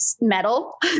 metal